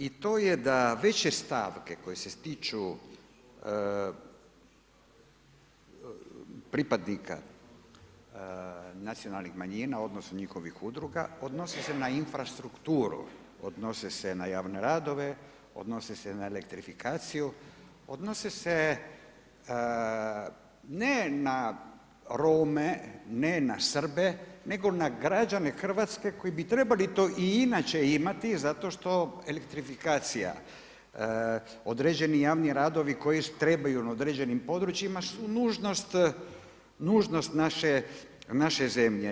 I to je da veće stavke koje se tiču pripadnika nacionalnih manjina, odnosno, njihovih udruga, odnosi se na infrastrukturu, odnosi se na javne radove, odnose se na elektrifikaciju, odnose se ne na Rome, ne na Srbe, nego na građane Hrvatske koji bi trebali to i inače imati, zato što elektrifikacija, određeni javni radovi koji trebaju na određenim područjima, su nužnost naše zemlje.